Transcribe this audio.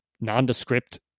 nondescript